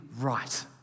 right